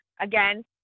Again